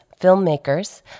filmmakers